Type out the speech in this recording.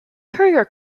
courier